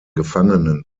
gefangenen